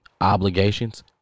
Obligations